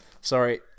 sorry